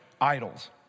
idols